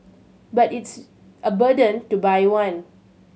but it's a burden to buy one